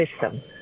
system